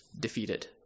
defeated